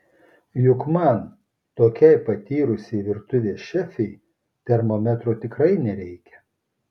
juk man tokiai patyrusiai virtuvės šefei termometro tikrai nereikia